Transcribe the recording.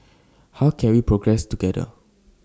how can we progress together